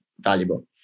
valuable